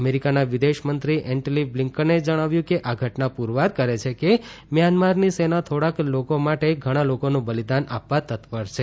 અમેરિકાના વિદેશમંત્રી એન્ટલી બ્લીન્કને જણાવ્યું છે કે આ ઘટના પૂરવાર કરે છે કે મ્યાનમારની સેના થોડાક લોકો માટે ઘણાં લોકોનું બલિદાન આપવા તત્પર છે